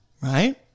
right